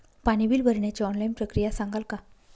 पाणी बिल भरण्याची ऑनलाईन प्रक्रिया सांगाल का?